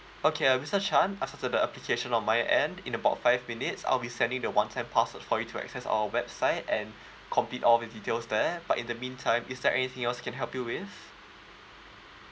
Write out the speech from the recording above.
okay uh mister chan I have the application on my end in about five minutes I'll be sending the one time password for you to access our website and complete all of your details there but in the meantime is there anything else I can help you with